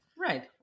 Right